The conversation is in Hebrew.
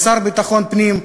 בשר לביטחון הפנים.